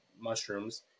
mushrooms